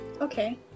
Okay